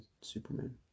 Superman